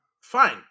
Fine